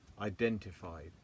identified